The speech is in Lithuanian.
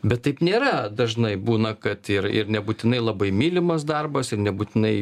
bet taip nėra dažnai būna kad ir ir nebūtinai labai mylimas darbas ir nebūtinai